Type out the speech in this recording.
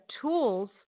tools